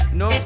no